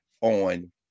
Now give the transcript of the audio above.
on